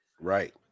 Right